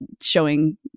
showing